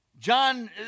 John